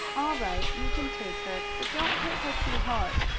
all right. you can take her, but don't hit her too hard,